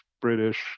british